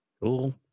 Cool